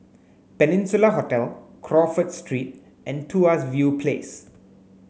Peninsula Hotel Crawford Street and Tuas View Place